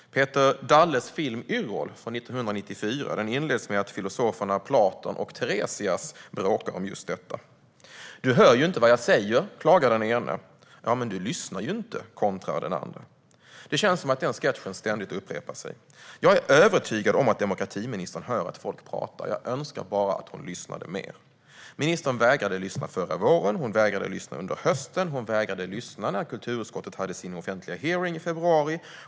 Peter Dalles film Yrrol från 1994 inleds med att filosoferna Platon och Teresias bråkar om just detta: "Du hör ju inte vad jag säger! ", klagar den ene. "Ja, men du lyssnar ju inte! ", kontrar den andre. Det känns som att den sketchen ständigt upprepar sig. Jag är övertygad om att demokratiministern hör att folk pratar, och jag önskar bara att hon lyssnade mer. Ministern vägrade lyssna förra våren. Hon vägrade lyssna under hösten. Hon vägrade lyssna när kulturutskottet hade sin offentliga hearing i februari.